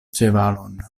ĉevalon